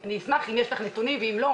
אני אשמח לשמוע אם יש לך נתונים ואם אין,